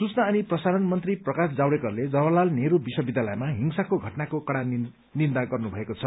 सूचना अनि प्रसारण मन्त्री प्रकाश जावड़ेकरले जवाहरलाल नेहरू विश्वविद्यालयमा हिंसाको घटनाको कड़ा निन्दा गर्नुभएको छ